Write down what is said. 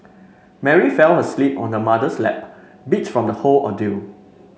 Mary fell asleep on her mother's lap beat from the whole ordeal